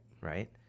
right